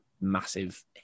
massive